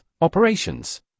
Operations